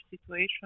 situation